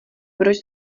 proč